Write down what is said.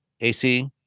AC